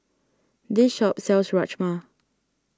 this shop sells Rajma